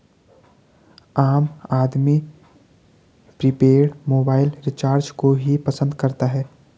आम आदमी prepaid mobile recharge को ही पसंद करता है